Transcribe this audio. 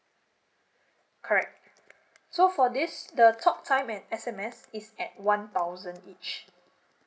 correct so for this the talk time and S_M_S is at one thousand each